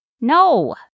no